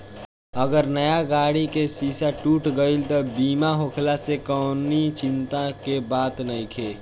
अगर नया गाड़ी के शीशा टूट गईल त बीमा होखला से कवनी चिंता के बात नइखे